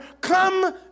come